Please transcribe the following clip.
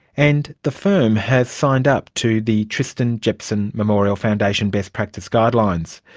and the firm has signed up to the tristan jepson memorial foundation best practice guidelines.